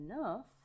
enough